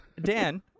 Dan